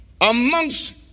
amongst